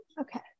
Okay